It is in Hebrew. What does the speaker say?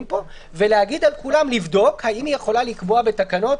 פה ולבדוק האם היא יכולה לקבוע בתקנות,